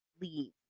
leave